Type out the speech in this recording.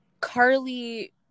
Carly